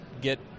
get